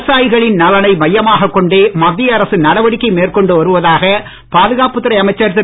விவசாயிகளின் நலனை மையமாகக் கொண்டே மத்திய அரசு நடவடிக்கை மேற்கொண்டு வருவதாக பாதுகாப்புத் துறை அமைச்சர் திரு